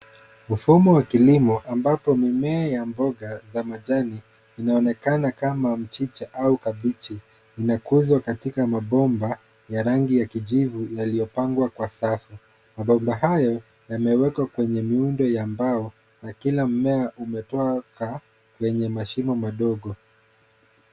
Mfumo wa kilimo ambapo mimea ya mboga za majani inaonekana kama mchicha au kabichi inakuzwa katika mabomba ya rangi ya kijivu yaliyopangwa kwa safu. Mabomba hayo yamewekwa kwenye muundo ya mbao na kila mmea umetoka kwenye mashimo madogo.